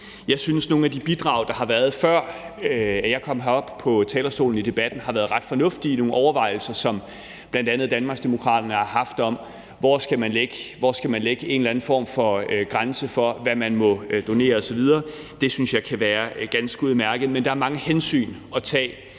Jeg synes, at nogle af de bidrag, der har været i debatten, før jeg kom herop på talerstolen, har været ret fornuftige. Det er nogle overvejelser, som bl.a. Danmarksdemokraterne har haft om, hvor man skal lægge en eller anden form for grænse for, hvad man må donere osv. Det synes jeg kan være ganske udmærket. Men der er mange hensyn at tage